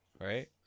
right